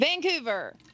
Vancouver